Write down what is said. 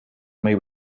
may